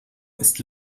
ist